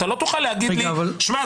אתה לא תוכל להגיד לי: תשמע,